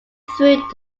through